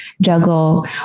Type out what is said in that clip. juggle